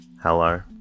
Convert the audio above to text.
Hello